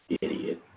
Idiot